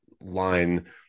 line